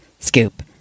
scoop